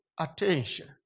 attention